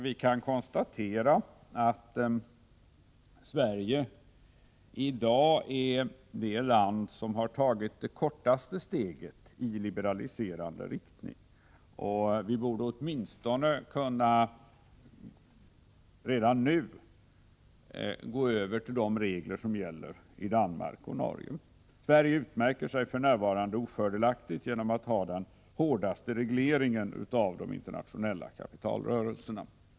Vi kan konstatera att Sverige i dag är det land som tagit det kortaste steget mot en liberalisering. Vi borde redan nu åtminstone kunna gå över till de regler som gäller i Danmark och Norge. Sverige utmärker sig för närvarande ofördelaktigt genom att ha den hårdaste regleringen av de internationella kapitalrörelserna.